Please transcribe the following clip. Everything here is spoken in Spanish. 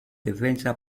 defensa